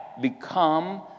become